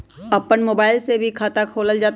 अपन मोबाइल से भी खाता खोल जताईं?